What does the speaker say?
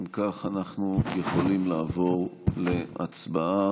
אם כך, אנחנו יכולים לעבור להצבעה